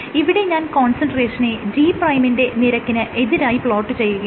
ഇവിടെ ഞാൻ കോൺസെൻട്രേഷനെ G' ന്റെ നിരക്കിന് എതിരായി പ്ലോട്ട് ചെയ്യുകയാണ്